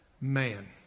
man